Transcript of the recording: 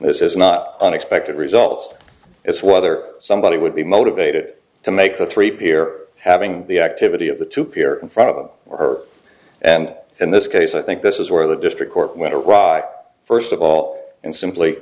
this is not unexpected results it's whether somebody would be motivated to make the three beer having the activity of the two peer in front of her and in this case i think this is where the district court went to rock first of all and simply